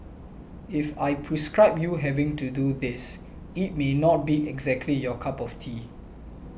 if I prescribe you having to do this it may not be exactly your cup of tea